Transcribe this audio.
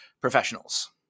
professionals